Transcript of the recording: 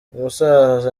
umusaza